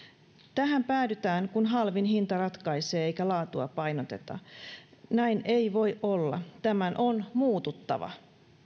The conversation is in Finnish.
tähän päädytään kun halvin hinta ratkaisee eikä laatua painoteta näin ei voi olla tämän on muututtava